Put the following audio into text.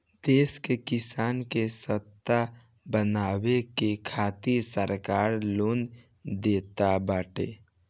देश के किसान के ससक्त बनावे के खातिरा सरकार लोन देताटे